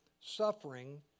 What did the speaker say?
suffering